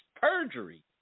perjury